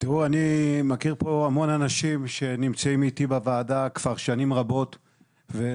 תראו אני מכיר פה המון אנשים שנמצאים איתי בוועדה כבר שנים רבות ולצערי,